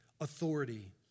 authority